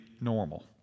normal